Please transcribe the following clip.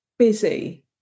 busy